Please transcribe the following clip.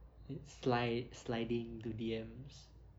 it's slide sliding to the arms